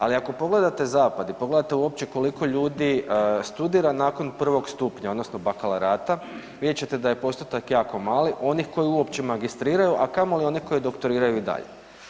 Ali ako pogledate Zapad i pogledate uopće koliko ljudi studira nakon prvog stupnja, odnosno bakalaureata, vidjet ćete da je postotak jako mali onih koji uopće magistriraju, a kamoli onih koji doktoriraju i dalje.